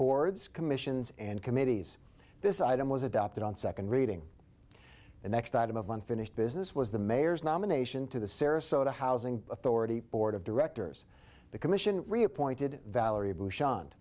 boards commissions and committees this item was adopted on second reading the next item of unfinished business was the mayor's nomination to the sarasota housing authority board of directors the commission reappointed valerie b